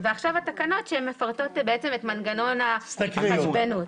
ועכשיו התקנות שמפרטות את מנגנון ההתחשבנות,